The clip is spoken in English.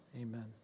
Amen